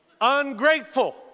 Ungrateful